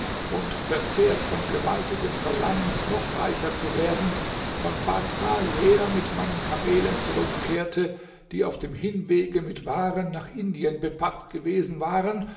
und verzehrt von gewaltigem verlangen noch reicher zu werden von baßrah leer mit meinen kamelen zurückkehrte die auf dem hinwege mit waren nach indien bepackt gewesen waren